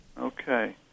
Okay